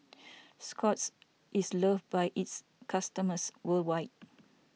Scott's is loved by its customers worldwide